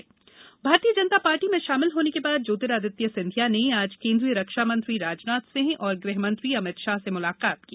सिंधिया भोपाल भारतीय जनता पार्टी में शामिल होने के बाद ज्योतिरादित्य सिंधिया ने आज केंद्रीय रक्षा मंत्री राजनाथ सिंह और गुहमंत्री अमित शाह से मुलाकात की